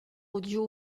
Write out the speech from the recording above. audio